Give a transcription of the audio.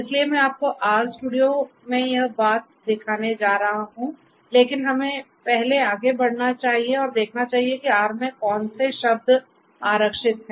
इसलिए मैं आपको RStudio में यह बात दिखाने जा रहा हूं लेकिन हमें पहले आगे बढ़ना चाहिए और देखना चाहिए कि R में कौन से शब्द आरक्षित हैं